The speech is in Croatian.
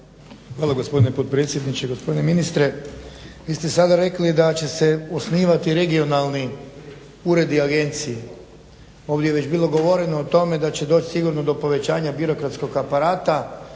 Hvala gospodine potpredsjedniče. Gospodine ministre vi ste sada rekli da će se osnivati regionalni uredi i agencije. Ovdje je već bilo govoreno o tome da će doć sigurno do povećanja birokratskog aparata,